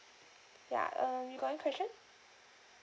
ya uh you got any question